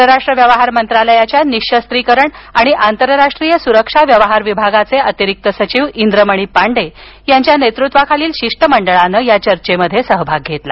परराष्ट्र व्यवहार मंत्रालयाच्या निःशस्त्रीकरण आणि आंतरराष्ट्रीय सुरक्षा व्यवहार विभागाचे अतिरिक्त सचिव इंद्रमणी पांडे यांच्या नेतृत्वाखालील शिष्टमंडळानं या चर्चेत सहभाग घेतला